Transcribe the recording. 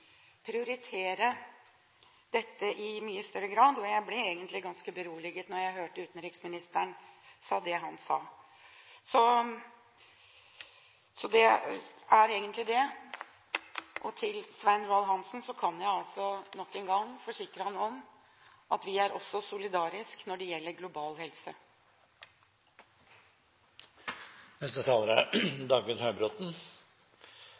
prioritere dette i mye større grad – og jeg ble egentlig ganske beroliget da jeg hørte utenriksministeren. Og til Svein Roald Hansen: Jeg kan altså – nok en gang – forsikre ham om at vi er også solidariske når det gjelder global